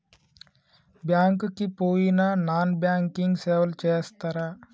Bank కి పోయిన non banking సేవలు చేస్తరా?